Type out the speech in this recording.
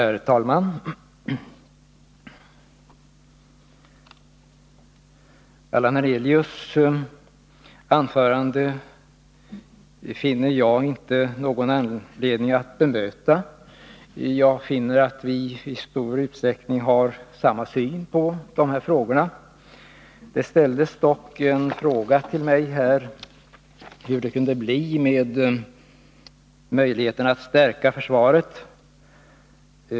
Herr talman! Allan Hernelius anförande finner jag inte någon anledning att bemöta. Jag finner att vi i stor utsträckning har samma syn på de här frågorna. Det ställdes dock en fråga till mig om hur det kunde bli med möjligheterna att stärka försvaret.